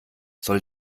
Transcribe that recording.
soll